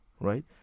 right